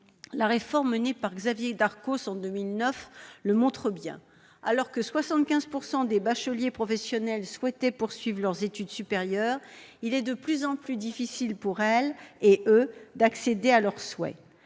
La réforme menée par Xavier Darcos en 2009 l'illustre bien. Alors que 75 % des bacheliers professionnels souhaitent poursuivre leurs études supérieures, il est de plus en plus difficile pour eux de voir leurs souhaits